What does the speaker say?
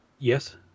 yes